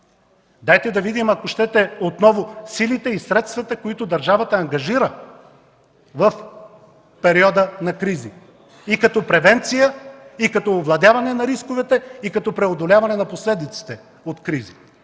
Дайте да видим, ако щете, отново силите и средствата, които държавата ангажира в периода на кризи като превенция, като овладяване на рисковете и като преодоляване на последиците от кризи